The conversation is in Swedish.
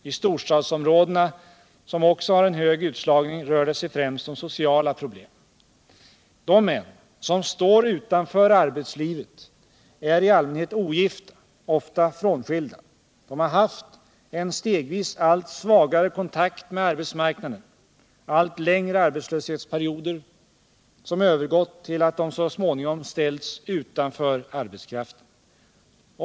I storstadsområdena, som också har en hög utslagning, rör det sig främst om sociala problem. De män som där står utanför arbetslivet är i allmänhet ogifta, ofta frånskilda. De har haft en stegvis allt svagare kontakt med arbetsmarknaden, allt längre arbetslöshetsperioder som övergått till att de så småningom ställts utanför arbetskraften.